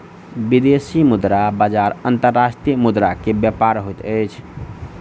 विदेशी मुद्रा बजार अंतर्राष्ट्रीय मुद्रा के व्यापार होइत अछि